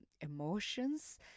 emotions